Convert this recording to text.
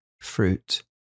fruit